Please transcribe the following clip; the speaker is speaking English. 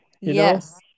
Yes